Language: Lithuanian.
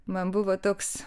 man buvo toks